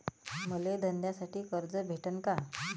मले धंद्यासाठी कर्ज भेटन का?